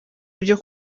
byo